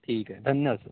ठीक आहे धनवाद सर